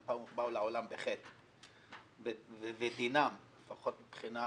הם באו לעולם בחטא ודינם לפחות מבחינה